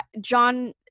John –